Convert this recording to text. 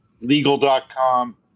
legal.com